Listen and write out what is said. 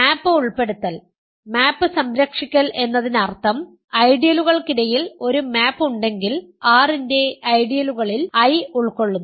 map ഉൾപ്പെടുത്തൽ map സംരക്ഷിക്കൽ എന്നതിനർത്ഥം ഐഡിയലുകൾക്കിടയിൽ ഒരു മാപ് ഉണ്ടെങ്കിൽ R ന്റെ ഐഡിയലുകളിൽ I ഉൾക്കൊള്ളുന്നു